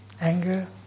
anger